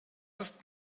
ist